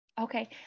Okay